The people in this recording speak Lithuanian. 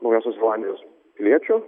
naujosios zelandijos piliečių